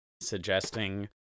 suggesting